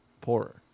poorer